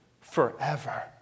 forever